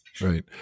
Right